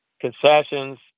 concessions